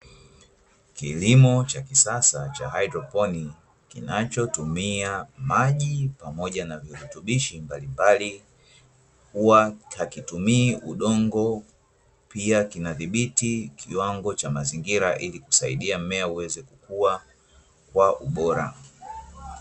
Kilimo cha kisasa cha haidroponi, kinachotumia maji pamoja na virutubishi mbalimbali, huwa hakitumii udongo, pia kinadhibiti kiwango cha mazingira ili kusaidia mmea uweze kukua kwa ubora.